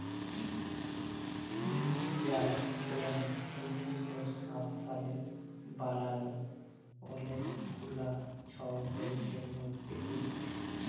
ইলডিয়াল ব্যাংক উনিশ শ সাত সালে বালাল অলেক গুলা ছব ব্যাংকের মধ্যে ইকট